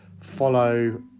follow